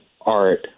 art